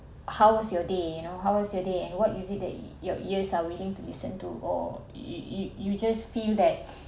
how was your day you know how was your day and what is it the your ears are willing to listen to or you you you just feel that